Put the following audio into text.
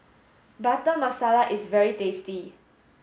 butter masala is very tasty